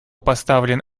поставлен